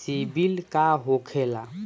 सीबील का होखेला?